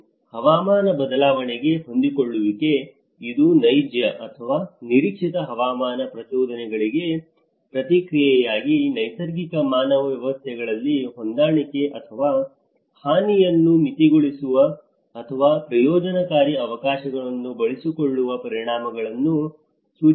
ಮತ್ತು ಹವಾಮಾನ ಬದಲಾವಣೆಗೆ ಹೊಂದಿಕೊಳ್ಳುವಿಕೆ ಇದು ನೈಜ ಅಥವಾ ನಿರೀಕ್ಷಿತ ಹವಾಮಾನ ಪ್ರಚೋದನೆಗಳಿಗೆ ಪ್ರತಿಕ್ರಿಯೆಯಾಗಿ ನೈಸರ್ಗಿಕ ಮಾನವ ವ್ಯವಸ್ಥೆಗಳಲ್ಲಿ ಹೊಂದಾಣಿಕೆ ಅಥವಾ ಹಾನಿಯನ್ನು ಮಿತಗೊಳಿಸುವ ಅಥವಾ ಪ್ರಯೋಜನಕಾರಿ ಅವಕಾಶಗಳನ್ನು ಬಳಸಿಕೊಳ್ಳುವ ಪರಿಣಾಮಗಳನ್ನು ಸೂಚಿಸುತ್ತದೆ